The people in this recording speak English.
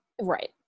Right